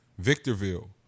Victorville